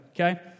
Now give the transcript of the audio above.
okay